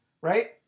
Right